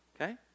okay